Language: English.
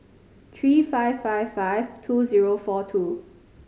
three five five five two four two